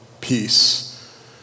peace